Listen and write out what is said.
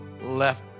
left